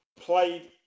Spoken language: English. played